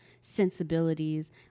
sensibilities